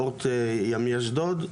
אורט ימי אשדוד,